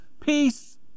peace